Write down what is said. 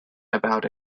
about